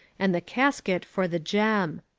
and the casket for the gem.